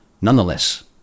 Nonetheless